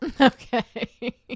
Okay